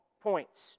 points